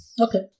Okay